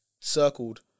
circled